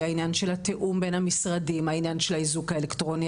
העניין של התיאום בין המשרדים העניין של האיזוק האלקטרוני,